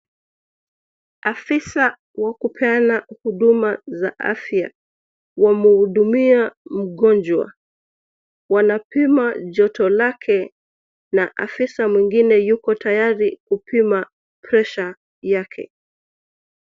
Afisa wa kupeana huduma za afya wamuhudumia mgonjwa. Wanapima joto lake na afisa mwingine yuko tayari kupima pressure yake.